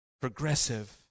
progressive